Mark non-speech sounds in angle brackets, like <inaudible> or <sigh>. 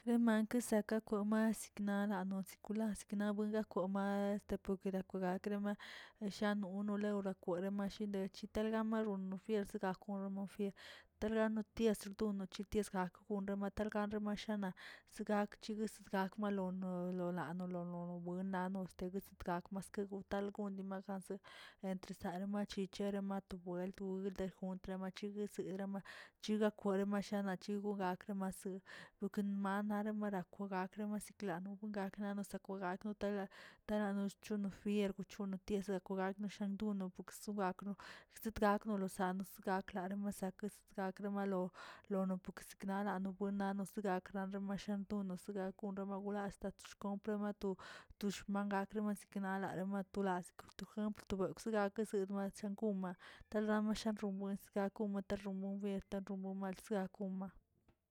Emanka seka fue ma siknala no sikula siknabue kwoma tepukara bga krema shanunu leura remashinde telgama xonno segafo gomofie telgamo ties xuno bitiesgak gonra matel ganko mashana, sigak chiguisigak malono lolo lano lolo buin buestiga zi gak mach te gu tal gudi mazal' entre salma machiche rama tu buelt juntl machiguesirama chiga kwere mashana chigo gakre mase, noken mara madakw gakrga masikano gakrano sikegay taga taganoschon fier gochono ti rekwogak noshono nobokzagakno ziteggak losanos gaklare masan sgakre malo lono pukz zeknala fuinano segakna remanshonton zi gak gonrema wlall toxcomtroma to tush remang <unintelligible> knelama mat tulas tu jempl tu beokzə gak ketzebez zankugma talamashu rombuen gakor rot <unintelligible> ta rumor balsakomaꞌ.